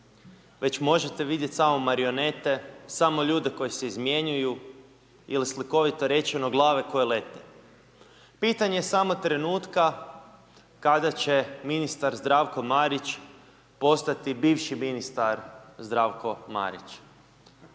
već možete vidjeti samo marionete, samo ljude koji se izmijenjaju ili slikovito rečeno, glave koje lete. Pitanje je samo trenutka kada će ministar Zdravko Marić postati bivši ministar Zdravko Marić.